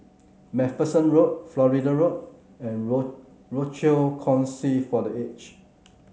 MacPherson Road Florida Road and Rochor Kongsi for The Aged